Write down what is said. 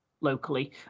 Locally